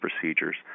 procedures